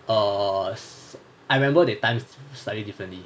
err I remember the time it slightly differently